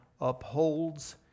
upholds